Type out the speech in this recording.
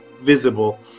visible